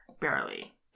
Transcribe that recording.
Barely